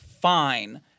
fine